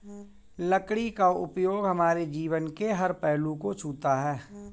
लकड़ी का उपयोग हमारे जीवन के हर पहलू को छूता है